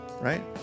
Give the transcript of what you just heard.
right